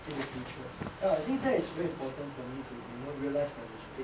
in the future ya I think that is very important for me to you know realize my mistake